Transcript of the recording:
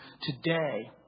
today